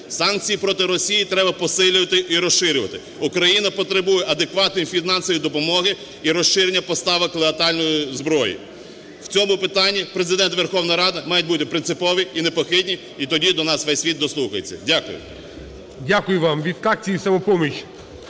Санкції проти Росії треба посилювати і розширювати. Україна потребує адекватної фінансової допомоги і розширення поставок летальної зброї. В цьому питанні Президент, Верховна Рада мають бути принципові і непохитні, і тоді до нас весь світ дослухається. Дякую. ГОЛОВУЮЧИЙ. Дякую вам. Від фракції "Самопоміч"